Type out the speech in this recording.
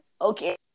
okay